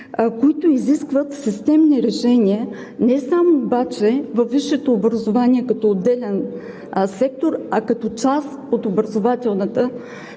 които изискват системни решения, не само обаче във висшето образование като отделен сектор, а като част от образователната